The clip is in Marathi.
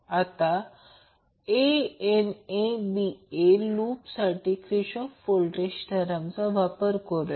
आता aANBba लूपसाठी क्रिचॉफ व्होल्टेज थेरमचा वापर करूया